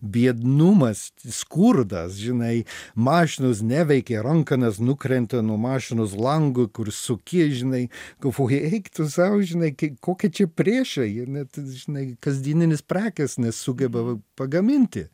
biednumas skurdas žinai mašinos neveikia rankenos nukrenta nuo mašinos langų kur suki žinai galvoju eik tu sau žinai ki kokie čia priešai jie net žinai kasdieninės prekės nesugeba pagaminti